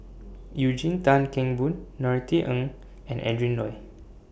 Eugene Tan Kheng Boon Norothy Ng and Adrin Loi